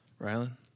Rylan